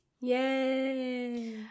Yay